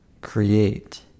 create